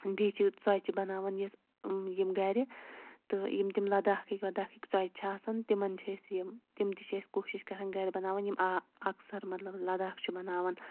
بیٚیہِ چھِ ژۄچہِ بَناوان یِژھ یِم گَرِ تہٕ یِم تِم لَداخٕکۍ وَداخٕکۍ ژۄچہِ چھِ آسان تِمَن چھِ أسۍ یِم تِم تہِ چھِ أسۍ کوٗشِش کَران گَرِ بَناوٕنۍ یِم آ اَکثَر مَطلَب لَداخ چھ بَناوان